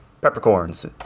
peppercorns